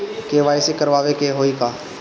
KYC करावे के होई का?